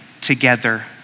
together